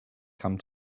come